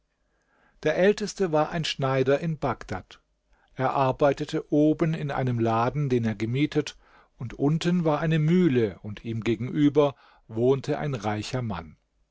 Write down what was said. der älteste war ein schneider in bagdad er arbeitete oben in einem laden den er gemietet und unten war eine mühle und ihm gegenüber wohnte ein reicher mann